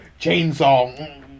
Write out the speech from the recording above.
chainsaw